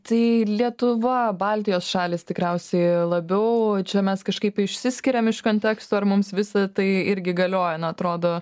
tai lietuva baltijos šalys tikriausiai labiau va čia mes kažkaip išsiskiriam iš konteksto ir mums visa tai irgi galioja na atrodo